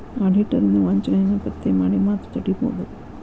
auditor ಇಂದಾ ವಂಚನೆಯನ್ನ ಪತ್ತೆ ಮಾಡಿ ಮತ್ತ ತಡಿಬೊದು